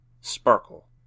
sparkle